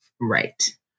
right